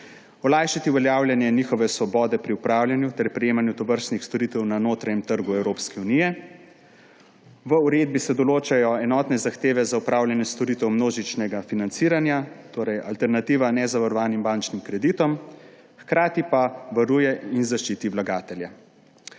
olajšati uveljavljanje njihove svobode pri opravljanju ter prejemanju tovrstnih storitev na notranjem trgu Evropske unije. V uredbi se določajo enotne zahteve za opravljanje storitev množičnega financiranja, torej alternativa nezavarovanim bančnim kreditom, hkrati pa varuje in zaščiti vlagatelja.